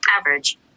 Average